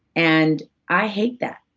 and i hate that.